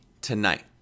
tonight